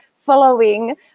following